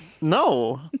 No